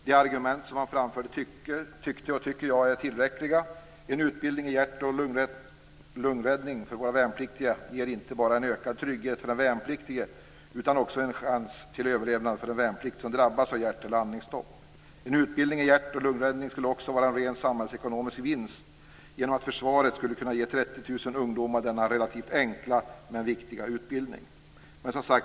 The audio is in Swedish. De argument som man framförde tyckte och tycker jag är tillräckliga. En utbildning i hjärt och lungräddning för våra värnpliktiga ger inte bara en ökad trygghet för den värnpliktige utan också en chans till överlevnad för den värnpliktige som drabbas av hjärt eller andningsstopp. En utbildning i hjärt och lungräddning skulle också vara en ren samhällsekonomisk vinst genom att försvaret skulle kunna ge 30 000 ungdomar denna relativt enkla men viktiga utbildning.